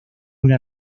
una